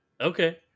Okay